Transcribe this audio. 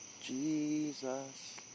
Jesus